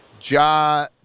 Ja